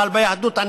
אבל ביהדות,